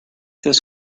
this